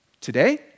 Today